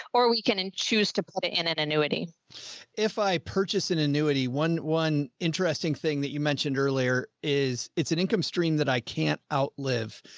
or we can and choose to put it in an and annuity if i purchase an annuity. one, one interesting thing that you mentioned earlier is it's an income stream that i can't outlive.